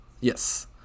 Yes